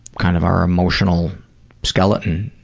kind of our emotional skeleton,